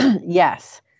Yes